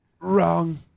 wrong